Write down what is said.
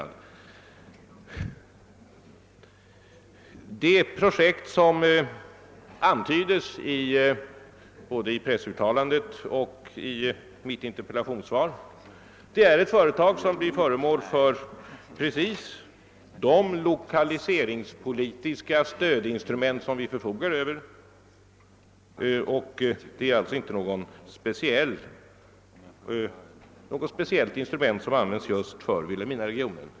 Det projekt som antyds både i pressuttalandet och i mitt interpellationssvar är ett företag som blir föremål för precis de lokaliseringspolitiska stödinstrument som vi förfogar över. Det är alltså inte något speciellt instrument som användes just för Vilhelminaregionen.